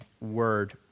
word